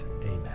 Amen